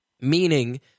meaning